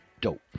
dope